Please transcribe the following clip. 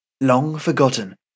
long-forgotten